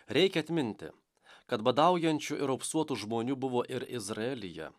reikia atminti kad badaujančių ir raupsuotų žmonių buvo ir izraelyje